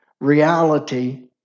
reality